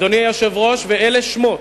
אלה שמות: